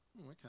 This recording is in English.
Okay